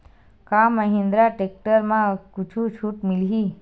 का महिंद्रा टेक्टर म कुछु छुट मिलही?